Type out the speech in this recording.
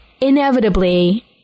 inevitably